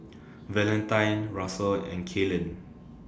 Valentine Russel and Kaylen